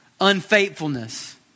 unfaithfulness